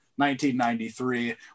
1993